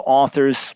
authors